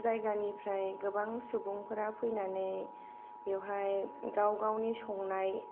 जायगानिफ्राय गोबां सुबुंफोरा फैनानै बेवहाय गाव गावनि संनाय